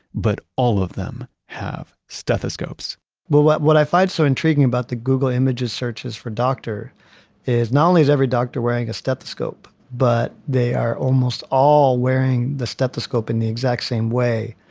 but all of them have stethoscopes but what what i find so intriguing about the google images searches for doctor is not only is every doctor wearing a stethoscope, but they are almost all wearing the stethoscope in the exact same way,